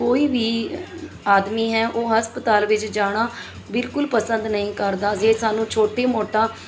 ਕੋਈ ਵੀ ਆਦਮੀ ਹੈ ਉਹ ਹਸਪਤਾਲ ਵਿੱਚ ਜਾਣਾ ਬਿਲਕੁਲ ਪਸੰਦ ਨਹੀਂ ਕਰਦਾ ਜੇ ਸਾਨੂੰ ਛੋਟੀ ਮੋਟੀ